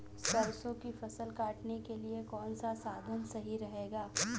सरसो की फसल काटने के लिए कौन सा साधन सही रहेगा?